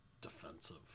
defensive